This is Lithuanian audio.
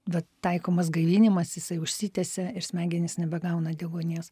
vat taikomas gaivinimas jisai užsitęsia ir smegenys nebegauna deguonies